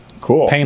Cool